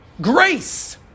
grace